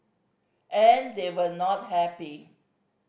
and they were not happy